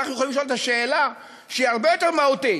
אנחנו יכולים לשאול את השאלה שהיא הרבה יותר מהותית,